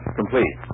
complete